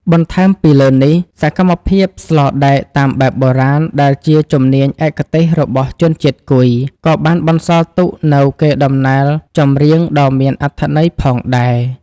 បន្ថែមពីលើនេះ សកម្មភាពស្លដែកតាមបែបបុរាណដែលជាជំនាញឯកទេសរបស់ជនជាតិគុយ ក៏បានបន្សល់ទុកនូវកេរដំណែលចម្រៀងដ៏មានអត្ថន័យផងដែរ។